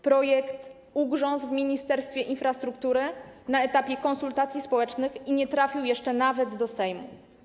Projekt ugrzązł w Ministerstwie Infrastruktury na etapie konsultacji społecznych i nie trafił jeszcze nawet do Sejmu.